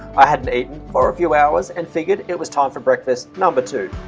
i hadn't eaten for a few hours and figured it was time for breakfast number two.